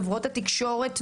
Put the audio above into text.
חברות תקשורת,